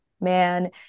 man